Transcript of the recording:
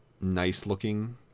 nice-looking